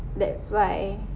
that's why